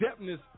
depthness